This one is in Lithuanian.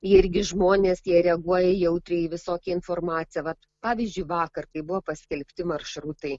irgi žmonės jie reaguoja jautriai į visokią informaciją vat pavyzdžiui vakar kai buvo paskelbti maršrutai